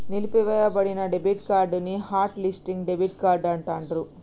నిలిపివేయబడిన debit card ని hot listing debit card అంటాండ్రు